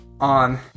on